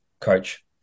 coach